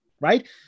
right